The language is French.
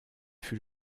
fut